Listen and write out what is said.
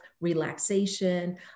relaxation